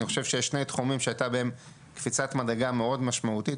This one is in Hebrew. אני חושב ששני תחומים שהיתה בהם קפיצת מדרגה מאוד משמעותית,